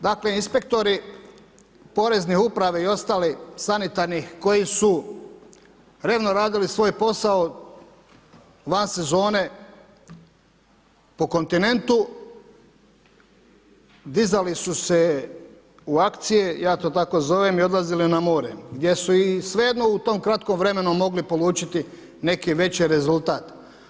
Dakle, inspektori Porezne uprave i ostali sanitarnih koji su revno radili svoj posao van sezone po kontinentu, dizali su se u akcije, ja to tako zovem i odlazili na more gdje su ih svejedno u tom kratkom vremenu mogli polučiti neki veći rezultat.